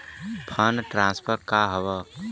Fund transfer का हव?